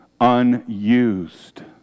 unused